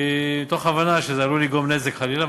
מתוך הבנה שזה עלול לגרום נזק, חלילה.